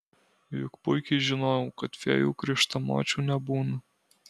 juk puikiai žinojau kad fėjų krikštamočių nebūna